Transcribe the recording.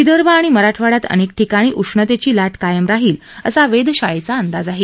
विदर्भ आणि मराठवाड्यात अनेक ठिकाणी उष्णतेची ला कायम राहील असा वेधशाळेचा अंदाज आहे